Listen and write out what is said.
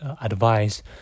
advice